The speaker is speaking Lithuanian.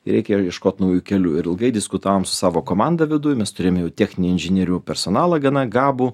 ir reikėjo ieškot naujų kelių ir ilgai diskutavom su savo komandą viduj mes turėjome jau techninių inžinierių personalą gana gabų